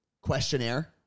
questionnaire